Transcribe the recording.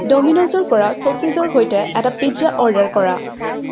ড'মিন'জৰ পৰা চ'চেজৰ সৈতে এটা পিজ্জা অৰ্ডাৰ কৰা